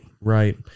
right